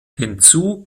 hinzu